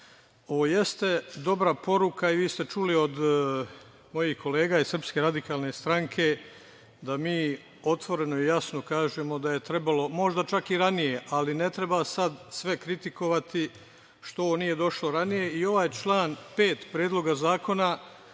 jeste dobra poruka i vi ste čuli od mojih kolega iz SRS da mi otvoreno i jasno kažemo da je trebalo možda čak i ranije, ali ne treba sad sve kritikovati što ovo nije došlo ranije. I ovaj član 5. Predloga zakona